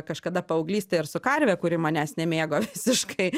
kažkada paauglystėj ir su karve kuri manęs nemėgo visiškai